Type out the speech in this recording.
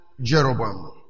Jeroboam